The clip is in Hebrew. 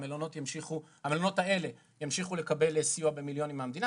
ובמקביל המדינה תסייע לאותם המלונות במיליוני שקלים.